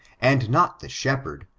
and not the shepherd,